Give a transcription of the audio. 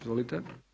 Izvolite.